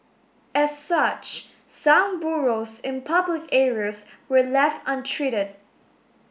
as such some burrows in public areas were left untreated